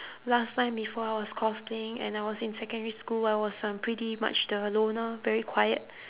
last time before I was cosplaying and I was in secondary school I was um pretty much the loner very quiet